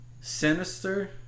Sinister